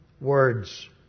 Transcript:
words